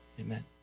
amen